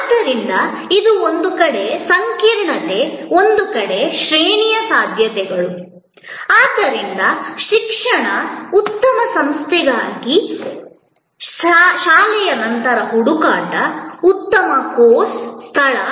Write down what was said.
ಆದ್ದರಿಂದ ಇದು ಒಂದು ಕಡೆ ಸಂಕೀರ್ಣತೆ ಒಂದು ದೊಡ್ಡ ಶ್ರೇಣಿಯ ಸಾಧ್ಯತೆಗಳು ಆದ್ದರಿಂದ ಶಿಕ್ಷಣ ಉತ್ತಮ ಸಂಸ್ಥೆಗಾಗಿ ಶಾಲೆಯ ನಂತರದ ಹುಡುಕಾಟ ಉತ್ತಮ ಕೋರ್ಸ್ ಸ್ಥಳ